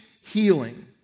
healing